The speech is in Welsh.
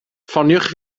ffoniwch